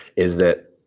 is that.